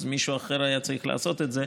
אז מישהו אחר היה צריך לעשות את זה,